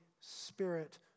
Spirit